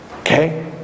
okay